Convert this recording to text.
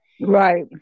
right